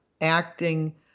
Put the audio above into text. acting